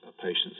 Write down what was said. patients